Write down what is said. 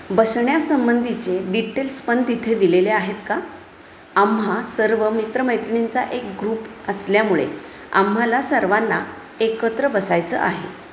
बसण्यासंबंधीचे details पण तिथे दिलेले आहेत का आम्हा सर्व मित्रमैत्रिणींचा एक ग्रुप असल्यामुळे आम्हाला सर्वांना एकत्र बसायचं आहे